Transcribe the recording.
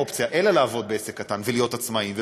אופציה אלא לעבוד בעסק קטן ולהיות עצמאים,